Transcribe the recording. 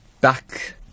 back